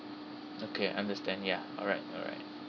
okay understand ya all right all right